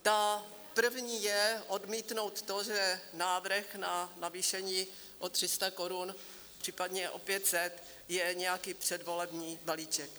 Ta první je odmítnout to, že návrh na navýšení o 300 korun, případně o 500 je nějaký předvolební balíček.